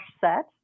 set